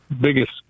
biggest